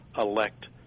elect